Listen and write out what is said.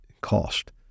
cost